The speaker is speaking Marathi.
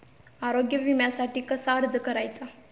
आरोग्य विम्यासाठी कसा अर्ज करायचा?